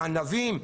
לענבים,